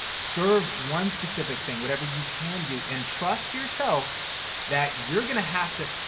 serve one specific thing, whatever you can do and trust yourself that you're gonna have to,